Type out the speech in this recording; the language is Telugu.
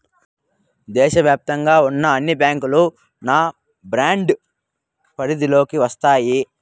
దేశ వ్యాప్తంగా ఉన్న అన్ని బ్యాంకులు నాబార్డ్ పరిధిలోకి వస్తాయి